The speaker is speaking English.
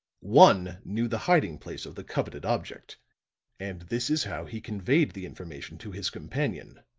one knew the hiding place of the coveted object and this is how he conveyed the information to his companion,